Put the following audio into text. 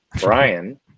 Brian